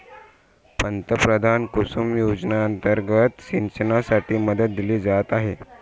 पंतप्रधान कुसुम योजना अंतर्गत सिंचनासाठी मदत दिली जात आहे